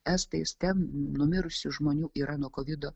estais ten numirusių žmonių yra nuo kovido